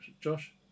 Josh